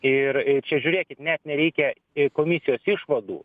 ir ir čia žiūrėkit net nereikia ir komisijos išvadų